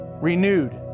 renewed